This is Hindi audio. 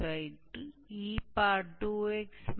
तो अब डिरिवैटिव करना काफी आसान होगा